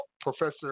professor